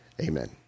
amen